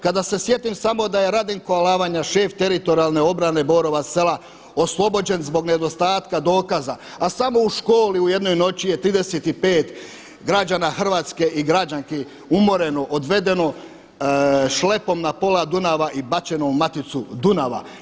Kada se sjetim samo da je Radinko Alavanja šef teritorijalne obrane Borova Sela oslobođen zbog nedostatka dokaza, a samo u školi u jednoj noći je 35 građana Hrvatski i građanki umoreno, odvedeno šlepom na pola Dunava i bačeno u maticu Dunava.